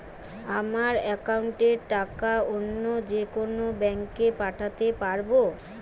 আমার একাউন্টের টাকা অন্য যেকোনো ব্যাঙ্কে পাঠাতে পারব?